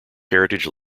heritage